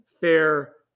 Fair